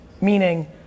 Meaning